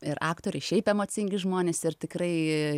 ir aktoriai šiaip emocingi žmonės ir tikrai